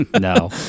no